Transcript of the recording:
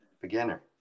beginner